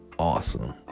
awesome